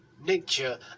nature